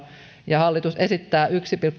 ja esittää yhden pilkku